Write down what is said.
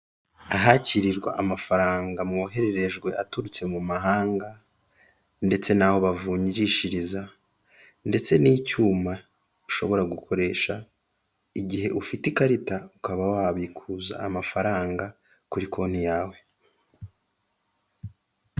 Ahakirirwa amafaranga mwohererejwe aturutse mu mahanga ndetse n'aho bavunjishiriza ndetse n'icyuma ushobora gukoresha igihe ufite ikarita ukaba wabikuza amafaranga kuri konti yawe.